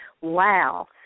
Wow